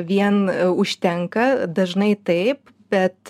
vien užtenka dažnai taip bet